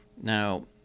Now